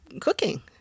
cooking